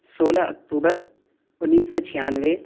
سولہ اکتوبر اُنیس سو چھیانوے